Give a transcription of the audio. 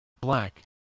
black